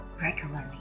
regularly